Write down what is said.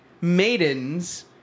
maidens